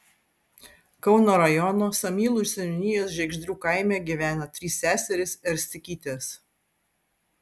kauno rajono samylų seniūnijos žiegždrių kaime gyvena trys seserys erstikytės